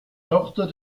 tochter